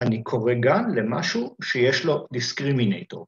‫אני קורא גם למשהו ‫שיש לו discriminator.